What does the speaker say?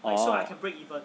oh